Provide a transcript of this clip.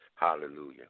Hallelujah